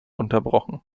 unterbrochen